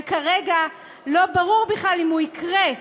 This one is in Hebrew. וכרגע לא ברור בכלל אם זה יקרה,